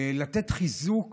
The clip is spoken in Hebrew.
לתת חיזוק